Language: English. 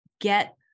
get